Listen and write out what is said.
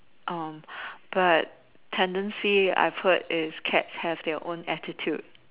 um but tendency I heard is that cats have their own attitude